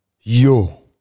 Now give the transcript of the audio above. yo